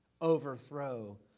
overthrow